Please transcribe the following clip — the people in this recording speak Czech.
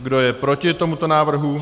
Kdo je proti tomuto návrhu?